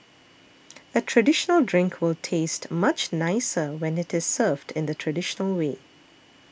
a traditional drink will taste much nicer when it is served in the traditional way